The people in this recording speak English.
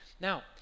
Now